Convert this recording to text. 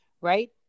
right